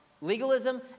legalism